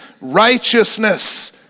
righteousness